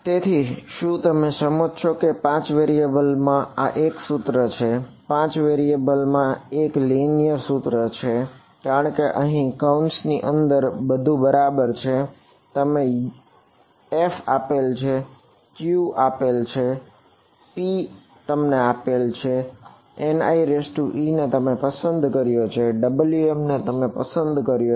તેથી શું તમે સહમત છો કે 5 વેરીએબલ સૂત્ર કારણ કે અહીં કૌંસ ની અંદરનું બધું ખબર છે તમને f આપેલ છે q તમને આપેલ છે p તમને આપેલ છે Nie ને તમે પસંદ કર્યો છે Wm ને તમે પસંદ કર્યો છે